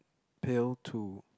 pill two